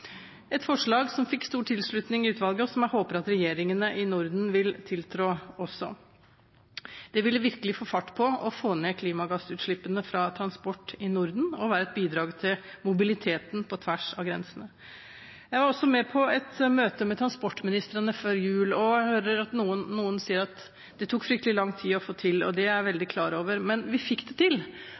fikk stor tilslutning i utvalget, og jeg håper at regjeringene i Norden også vil tiltre forslaget. Det ville virkelig få fart på å få ned klimagassutslippene fra transport i Norden og være et bidrag til mobiliteten på tvers av grensene. Jeg var også med på et møte med transportministrene før jul. Jeg hører noen si at det tok fryktelig lang tid å få det til, og det er jeg veldig klar over, men vi fikk det til.